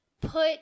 put